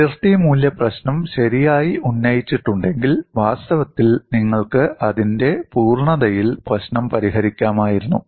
അതിർത്തി മൂല്യ പ്രശ്നം ശരിയായി ഉന്നയിച്ചിട്ടുണ്ടെങ്കിൽ വാസ്തവത്തിൽ നിങ്ങൾക്ക് അതിന്റെ പൂർണ്ണതയിൽ പ്രശ്നം പരിഹരിക്കാമായിരുന്നു